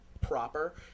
proper